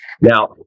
Now